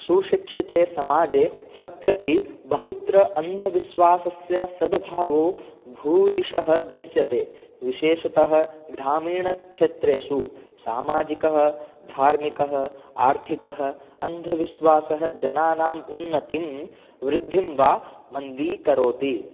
सुशिक्षिते समाजे सत्यपि बहुत्र अन्धविश्वासस्य सद्भावो भूरिशः दृश्यते विशेषतः ग्रामीनक्षेत्रेषु सामाजिकः धार्मिकः आर्थिकः अन्धविश्वासः जनानाम् उन्नतिं वृद्धिं वा मन्दीकरोति